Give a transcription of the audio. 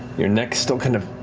your neck still kind of